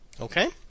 Okay